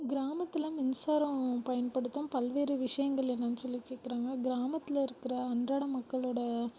கிராமத்தில் மின்சாரம் பயன்படுத்தம் பல்வேறு விஷயங்கள் என்னன்னு சொல்லி கேட்கறாங்க கிராமத்தில் இருக்கிற அன்றாட மக்களோடய